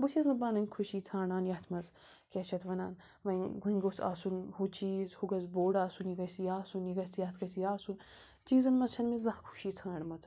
بہٕ چھَس نہٕ پَنٕنۍ خوشی ژھانٛڈان یَتھ منٛز کیٛاہ چھِ اَتھ وَنان وۄنۍ وۄنۍ گوٚژھ آسُن ہُہ چیٖز ہُہ گژھِ بوٚڑ آسُن یہِ گژھِ یہِ آسُن یہِ گژھِ یَتھ گژھِ یہِ آسُن چیٖزَن منٛز چھَنہٕ مےٚ زانٛہہ خوشی ژھٲنٛڈمٕژ